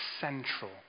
central